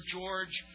George